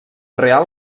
real